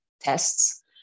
tests